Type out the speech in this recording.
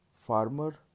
farmer